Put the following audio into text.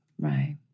right